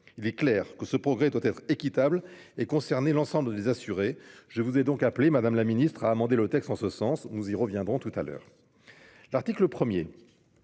Il est clair que ce progrès doit concerner de manière équitable l'ensemble des assurées ; je vous ai donc appelée, madame la ministre, à amender le texte en ce sens- nous y reviendrons tout à l'heure. L'article 1